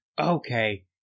okay